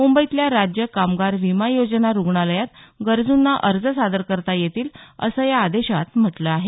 मुंबईतल्या राज्य कामगार विमा योजना रुग्णालयात गरजुंना अर्ज सादर करता येतील असं या आदेशात म्हटलं आहे